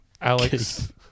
Alex